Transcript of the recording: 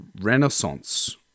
renaissance